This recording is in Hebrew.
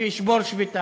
שפוגעת